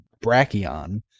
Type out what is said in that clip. brachion